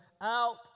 out